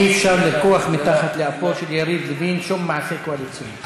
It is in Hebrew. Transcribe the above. אי-אפשר לרקוח מתחת לאפו של יריב לוין שום מעשה קואליציוני.